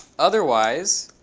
otherwise,